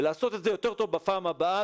לעשות את זה יותר טוב בפעם הבאה,